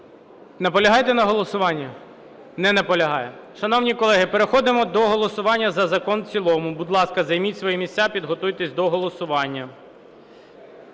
Наполягаєте на голосуванні? Не наполягає. Шановні колеги, переходимо до голосування за закон у цілому. Будь ласка, займіть свої місця, підготуйтесь до голосування.